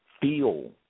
feel